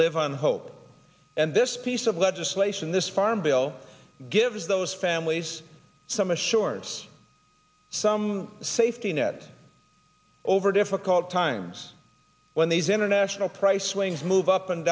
live on hope and this piece of legislation this farm bill gives those families some assurance some safety net over difficult times when these international price swings move up and